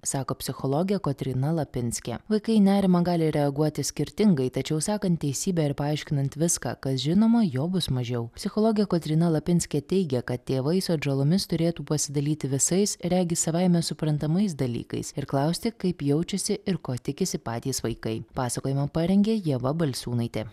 sako psichologė kotryna lapinskė vaikai nerimą gali reaguoti skirtingai tačiau sakant teisybę ir paaiškinant viską kas žinoma jo bus mažiau psichologė kotryna lapinskė teigia kad tėvai su atžalomis turėtų pasidalyti visais regis savaime suprantamais dalykais ir klausti kaip jaučiasi ir ko tikisi patys vaikai pasakojimą parengė ieva balsiūnaitė